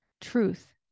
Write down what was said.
truth